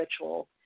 ritual